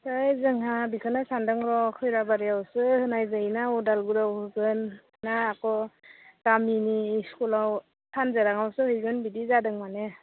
ओइ जोंहा बेखौनो सान्दों र' खैराबारियावसो होनाय जायो ना अदालगुरियाव होगोन ना आक' गामिनि स्कुलाव सानजाराङावसो हैगोन बिदि जादों माने